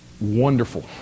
Wonderful